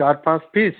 চার পাঁচ পিস